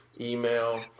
email